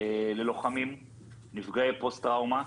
ללוחמים נפגעי פוסט טראומה,